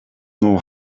know